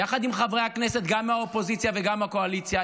יחד עם חברי הכנסת גם מהאופוזיציה וגם מהקואליציה,